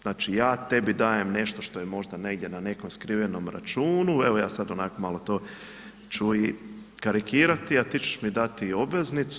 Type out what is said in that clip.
Znači ja tebi dajem nešto što je možda negdje na nekom skrivenom računu, evo ja sada onako malo to ću i karikirati, a ti ćeš mi dati i obveznicu.